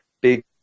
big